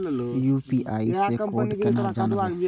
UPI से code केना जानवै?